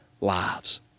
lives